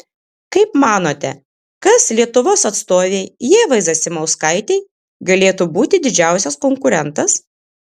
kaip manote kas lietuvos atstovei ievai zasimauskaitei galėtų būti didžiausias konkurentas